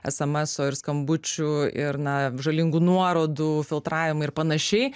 esemeso ir skambučių ir na žalingų nuorodų filtravimai ir panašiai